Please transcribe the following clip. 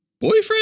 boyfriend